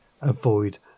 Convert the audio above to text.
avoid